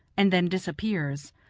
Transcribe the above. and then disappears.